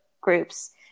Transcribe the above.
groups